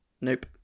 Nope